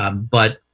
um but